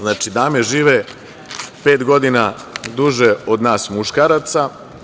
Znači, dame žive pet godina duže od nas muškaraca.